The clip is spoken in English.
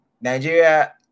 nigeria